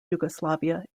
yugoslavia